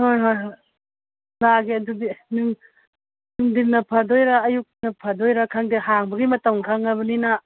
ꯍꯣꯏ ꯍꯣꯏ ꯍꯣꯏ ꯂꯥꯛꯑꯒꯦ ꯑꯗꯨꯗꯤ ꯎꯝ ꯅꯨꯡꯊꯤꯟꯅ ꯐꯗꯣꯏꯔ ꯑꯌꯨꯛꯅ ꯐꯗꯣꯏꯔ ꯈꯪꯗꯦ ꯍꯥꯡꯕꯒꯤ ꯃꯇꯝ ꯈꯪꯉꯕꯅꯤꯅ